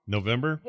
November